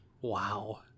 wow